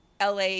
la